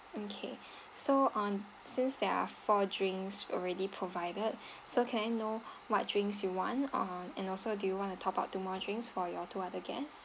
okay so on since there are four drinks already provided so can I know what drinks you want uh and also do you want to top up two more drinks for your two other guests